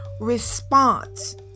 response